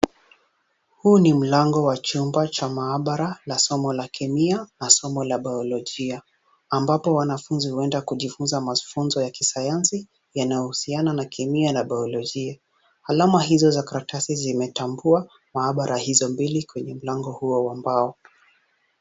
Huu ni mlango wa chumba cha maabara cha somo la kemia na somo la biyolojia, ambapo wanafunzi huenda kujifunza masomo ya kisayansi yanayohusiana na kemia na biyolojia, alama hizo za karatasi zimetambua maabara hizo mbili kwenye mlango huo wa mbao.